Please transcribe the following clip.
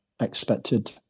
expected